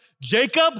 Jacob